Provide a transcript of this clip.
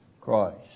Christ